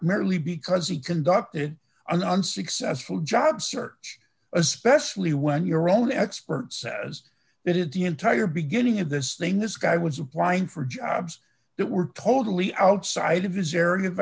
merely because he conducted an unsuccessful job search especially when your own expert says that is the entire beginning of this thing this guy was applying for jobs that were totally outside of this area of